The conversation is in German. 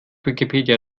wikipedia